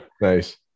Nice